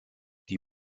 die